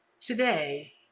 today